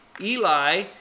Eli